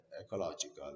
ecological